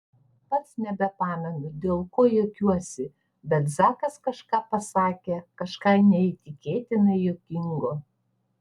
pats nebepamenu dėl ko juokiuosi bet zakas kažką pasakė kažką neįtikėtinai juokingo